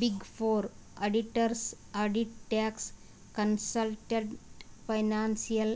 big four auditors audit, tax, consultant, financial